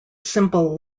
simple